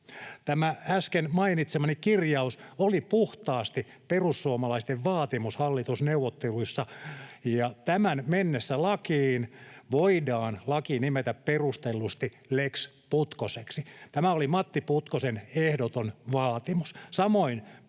Tämä äsken mainitsemani kirjaus oli puhtaasti perussuomalaisten vaatimus hallitusneuvotteluissa, ja tämän mennessä lakiin voidaan laki nimetä perustellusti Lex Putkoseksi. Tämä oli Matti Putkosen ehdoton vaatimus, samoin perussuomalaisten